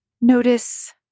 Notice